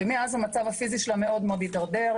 ומאז המצב הפיזי שלה מאוד התדרדר.